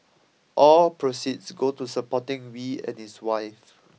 all proceeds go to supporting Wee and his wife